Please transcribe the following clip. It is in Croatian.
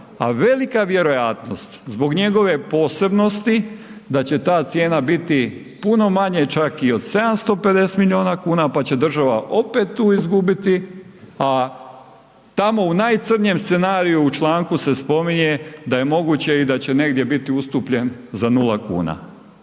a velika vjerojatnost zbog njegove posebnosti da će ta cijena biti puno manje čak i od 750 milijuna kuna pa će država opet tu izgubiti a tamo u najcrnjem scenariju u članku se spominje da je moguće i da će negdje biti ustupljen za nula kuna.